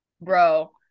Bro